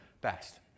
best